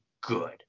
good